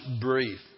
brief